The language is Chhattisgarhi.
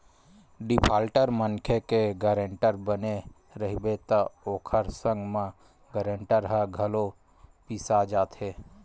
डिफाल्टर मनखे के गारंटर बने रहिबे त ओखर संग म गारंटर ह घलो पिसा जाथे